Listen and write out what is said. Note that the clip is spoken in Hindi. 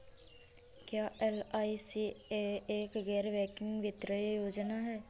क्या एल.आई.सी एक गैर बैंकिंग वित्तीय योजना है?